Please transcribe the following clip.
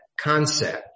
concept